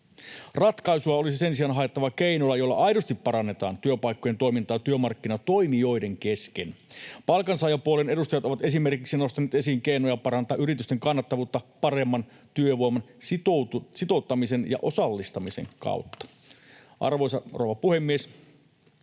Ratkaisua olisi sen sijaan haettava keinoilla, joilla aidosti parannetaan työpaikkojen toimintaa työmarkkinatoimijoiden kesken. Palkansaajapuolen edustajat ovat esimerkiksi nostaneet esiin keinoja parantaa yritysten kannattavuutta paremman työvoiman sitouttamisen ja osallistamisen kautta. Arvoisa rouva puhemies!